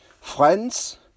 friends